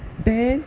ten